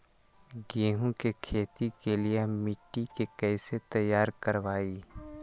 गेंहू की खेती के लिए हम मिट्टी के कैसे तैयार करवाई?